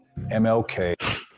MLK